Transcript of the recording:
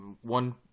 one